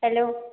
hello